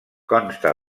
consta